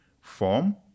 form